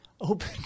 Open